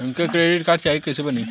हमके credit card चाही कैसे बनी?